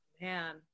Man